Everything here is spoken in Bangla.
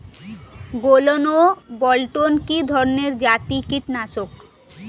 গোলন ও বলটন কি ধরনে জাতীয় কীটনাশক?